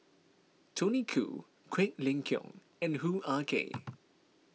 Tony Khoo Quek Ling Kiong and Hoo Ah Kay